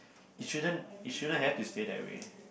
it shouldn't it shouldn't have to stay that way